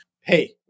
Hey